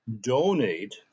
donate